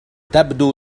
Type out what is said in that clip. تبدو